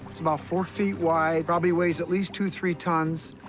it's about four feet wide, probably weighs at least two, three tons,